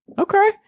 Okay